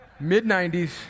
mid-90s